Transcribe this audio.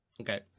Okay